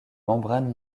membrane